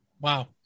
wow